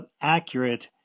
accurate